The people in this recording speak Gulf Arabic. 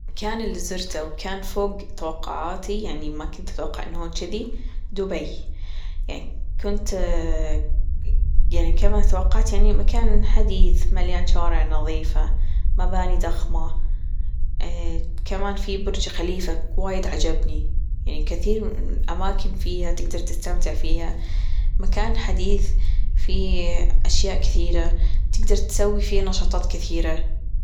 المكان اللي زرته وكان فوج توقعاتي يعني ما كنت أتوقع أنه هو تشذي دبي يعني كنت يعني كما توقعت يعني مكان حديث مليان شوارع نظيفة مباني ضخمة كمان في برج خليفة وايد عجبني يعني كثير أماكن فيها تجدر تستمتع فيها مكان حديث فيه أشياء كثيرة تجدر تسوي فيه نشاطات كثيرة.